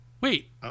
Wait